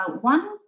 one